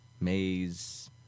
maze